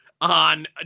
on